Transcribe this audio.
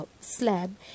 slab